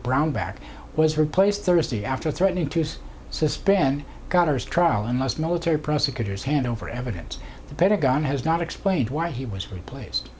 brownback was replaced thursday after threatening to use suspend guterres trial unless military prosecutors hand over evidence the pentagon has not explained why he was replaced